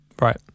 right